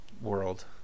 world